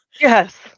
yes